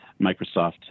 Microsoft